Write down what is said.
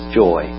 joy